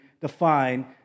define